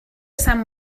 sant